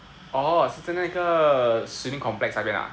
orh 是在那个 swimming complex 那边啊